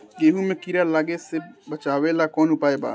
गेहूँ मे कीड़ा लागे से बचावेला कौन उपाय बा?